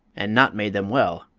and not made them well,